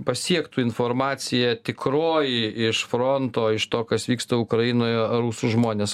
pasiektų informacija tikroji iš fronto iš to kas vyksta ukrainoje rusų žmonės